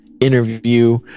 interview